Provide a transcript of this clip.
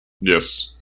Yes